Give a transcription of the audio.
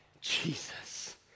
Jesus